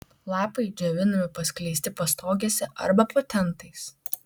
lapai džiovinami paskleisti pastogėse arba po tentais